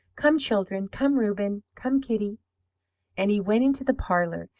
come, children. come, reuben. come, kitty and he went into the parlour,